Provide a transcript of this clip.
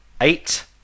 eight